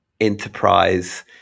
enterprise